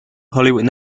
hollywood